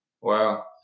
Wow